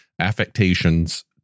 affectations